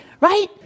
right